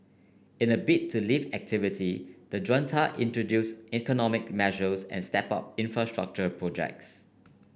in a bid to lift activity the Junta introduced economic measures and stepped up infrastructure projects